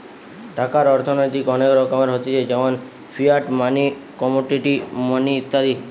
টাকার অর্থনৈতিক অনেক রকমের হতিছে যেমন ফিয়াট মানি, কমোডিটি মানি ইত্যাদি